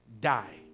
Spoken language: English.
die